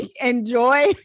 enjoy